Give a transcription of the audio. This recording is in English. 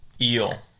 Eel